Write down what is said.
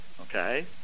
Okay